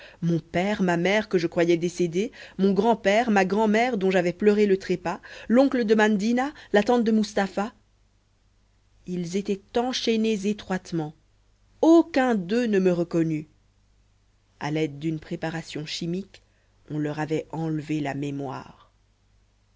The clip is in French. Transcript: mon père ma mère que je croyais décédée mon grand-père ma grand'mère dont j'avais pleuré le trépas l'oncle de mandina la tante de mustapha ils étaient enchaînés étroitement aucun d'eux ne me reconnut à l'aide d'une préparation chimique on leur avait enlevé la mémoire